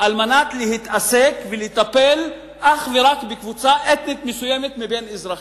כדי להתעסק ולטפל אך ורק בקבוצה אתנית מסוימת בין אזרחיה.